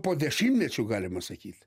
po dešimtmečio galima sakyt